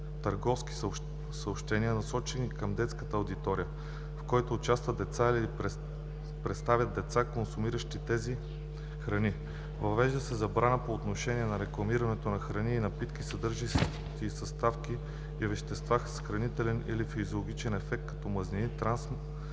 търговски съобщения, насочени към детска аудитория, в които участват деца или представят деца, консумиращи тези храни. Въвежда се забрана и по отношение рекламирането на храни и напитки, съдържащи съставки и вещества с хранителен или физиологичен ефект като мазнини, трансмастни